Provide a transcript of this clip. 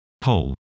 poll